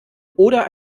oder